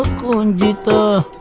go and do the